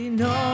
no